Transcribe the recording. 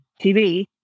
TV